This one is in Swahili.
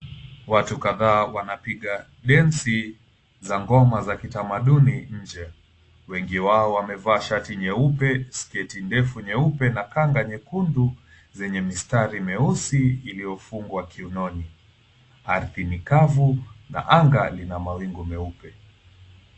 Watu kadhaa wanapiga densi za ngoma za kitamaduni nje. Wengi wao wamevaa shati nyeupe, sketi ndefu nyeupe na kanga nyekundu zenye mistari meusi iliofungwa kiunoni. Ardhi ni kavu na anga lina mawingu meupe.